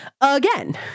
again